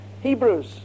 Hebrews